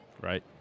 Right